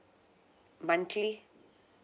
monthly